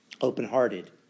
Open-hearted